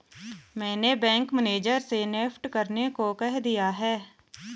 मैंने bank manager से NEFT करने को कह दिया है